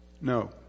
No